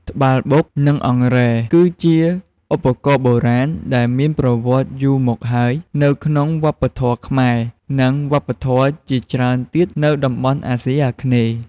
ត្បាល់បុក និង អង្រែ គឺជាឧបករណ៍បុរាណដែលមានប្រវត្តិយូរមកហើយនៅក្នុងវប្បធម៌ខ្មែរ និងវប្បធម៌ជាច្រើនទៀតនៅតំបន់អាស៊ីអាគ្នេយ៍។